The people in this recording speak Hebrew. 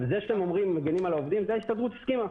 זה שאתם מגנים על העובדים לזה ההסתדרות הסכימה.